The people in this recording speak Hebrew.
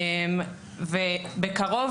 בקרוב,